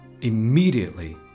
Immediately